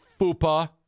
fupa